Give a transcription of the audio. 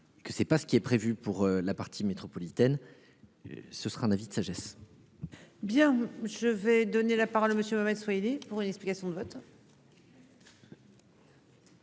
Que c'est pas ce qui est prévu pour la partie métropolitaine. Ce sera un avis de sagesse. Bien je vais donner la parole monsieur Mohamed Soihili pour une explication de vote.